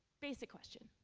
basic question.